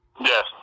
Yes